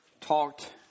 talked